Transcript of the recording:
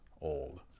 old